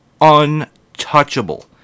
untouchable